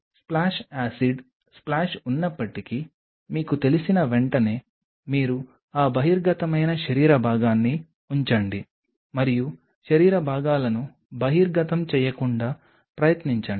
splash acid splash ఉన్నప్పటికీ మీకు తెలిసిన వెంటనే మీరు ఆ బహిర్గతమైన శరీర భాగాన్ని ఉంచండి మరియు శరీర భాగాలను బహిర్గతం చేయకుండా ప్రయత్నించండి